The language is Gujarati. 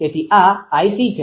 તેથી આ 𝐼𝑐 છે